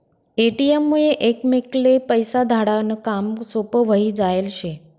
ATM मुये एकमेकले पैसा धाडा नं काम सोपं व्हयी जायेल शे